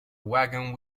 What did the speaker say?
wagon